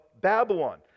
Babylon